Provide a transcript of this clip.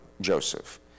Joseph